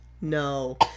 No